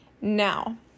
Now